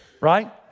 right